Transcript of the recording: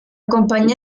compañía